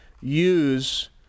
use